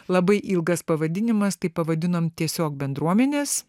labai ilgas pavadinimas kaip pavadinom tiesiog bendruomenės